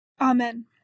Amen